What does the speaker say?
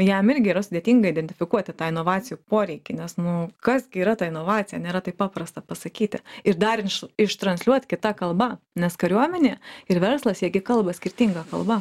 jam irgi yra sudėtinga identifikuoti tą inovacijų poreikį nes nu kas gi yra ta inovacija nėra taip paprasta pasakyti ir dar iš ištransliuot kita kalba nes kariuomenė ir verslas jie gi kalba skirtinga kalba